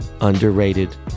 underrated